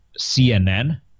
CNN